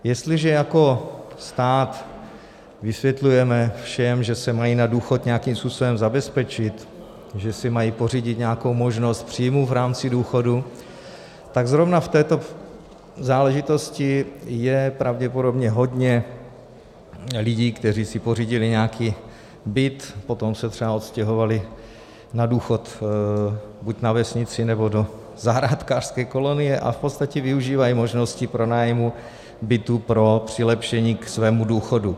Jestliže jako stát vysvětlujeme všem, že se mají na důchod nějakým způsobem zabezpečit, že si mají pořídit nějakou možnost příjmu v rámci důchodu, tak zrovna v této záležitosti je pravděpodobně hodně lidí, kteří si pořídili nějaký byt, potom se třeba odstěhovali na důchod buď na vesnici, nebo do zahrádkářské kolonie a v podstatě využívají možnosti pronájmu bytu pro přilepšení ke svému důchodu.